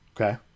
okay